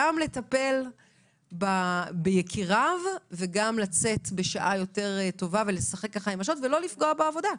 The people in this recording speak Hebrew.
לטפל ביקיריו וגם לצאת בשעה יותר טובה ולשחק עם השעות בלי לפגוע בעבודה.